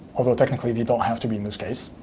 although, technically they don't have to be in this case.